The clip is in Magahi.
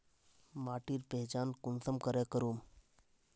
माटिर पहचान कुंसम करे करूम?